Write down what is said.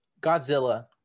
Godzilla